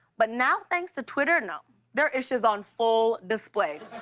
but now, thanks to twitter, no. their issue's on full display.